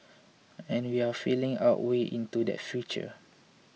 and we're feeling our way into that future